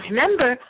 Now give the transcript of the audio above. Remember